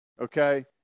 okay